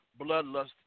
bloodlust